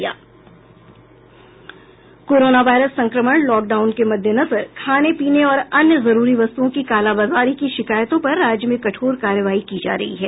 corona virus संक्रमण लॉक डाउन के मद्देनजर खाने पीने और अन्य जरूरी वस्तुओं की कालाबाजारी की शिकायतों पर राज्य में कठोर कार्रवाई की जा रही है